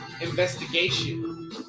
investigation